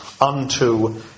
unto